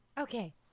Okay